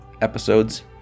episodes